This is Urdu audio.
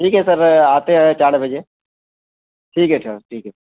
ٹھیک ہے سر آتے ہیں چار بجے ٹھیک ہے سر ٹھیک ہے